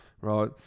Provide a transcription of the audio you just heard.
right